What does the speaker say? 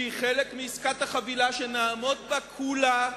שהיא חלק מעסקת החבילה שנעמוד בה כולה,